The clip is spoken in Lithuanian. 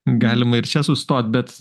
galima ir čia sustot bet